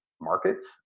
markets